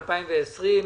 התש"ף-2020.